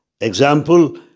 Example